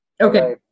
Okay